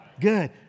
Good